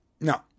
No